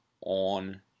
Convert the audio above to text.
on